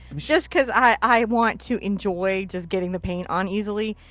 just cause i i want to enjoy just getting the paint on easily.